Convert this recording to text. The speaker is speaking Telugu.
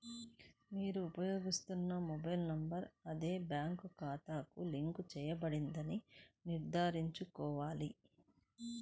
మీరు ఉపయోగిస్తున్న మొబైల్ నంబర్ అదే బ్యాంక్ ఖాతాకు లింక్ చేయబడిందని నిర్ధారించుకోవాలి